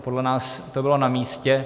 Podle nás to bylo namístě.